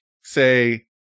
say